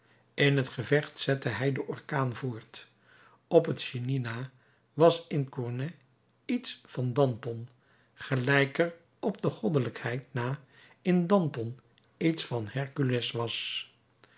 in het gevecht zette hij den orkaan voort op het genie na was in cournet iets van danton gelijk er op de goddelijkheid na in danton iets van herkules was